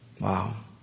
Wow